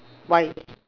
why